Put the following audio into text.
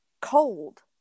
cold